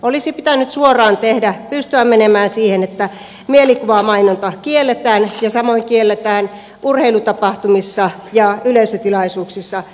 olisi pitänyt suoraan pystyä menemään siihen että mielikuvamainonta kielletään ja samoin kielletään urheilutapahtumissa ja yleisötilaisuuksissa mainonta